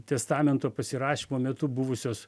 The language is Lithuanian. testamento pasirašymo metu buvusios